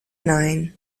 nine